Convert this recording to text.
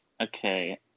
okay